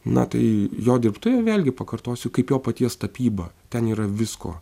na tai jo dirbtuvė vėlgi pakartosiu kaip jo paties tapyba ten yra visko